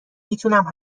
میتونم